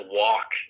walk